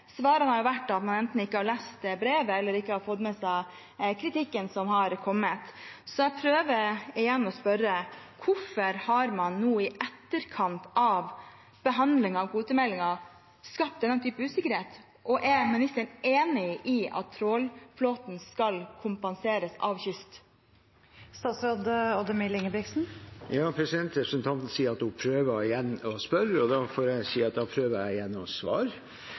har vært at han enten ikke har lest brevet, eller ikke har fått med seg kritikken som har kommet. Så jeg prøver å spørre igjen: Hvorfor har man nå i etterkant av behandlingen av kvotemeldingen skapt denne typen usikkerhet, og er statsråden enig i at trålflåten skal kompenseres av kystflåten? Representanten Myrseth sier at hun prøver å spørre igjen, og da får jeg si at jeg prøver å svare igjen. Vi behandlet kvotemeldingen før sommeren, i mai. Hensikten med kvotemeldingen er å